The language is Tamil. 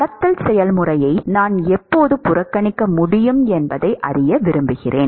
கடத்தல் செயல்முறையை நான் எப்போது புறக்கணிக்க முடியும் என்பதை அறிய விரும்புகிறேன்